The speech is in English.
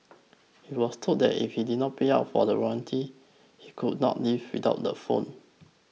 he was told that if he did not pay up for the warranty he could not leave without the phone